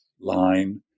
line